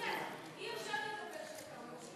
ביטן, אי-אפשר לדבר כשאתה עומד שם.